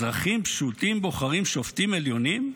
אזרחים פשוטים בוחרים שופטים עליונים,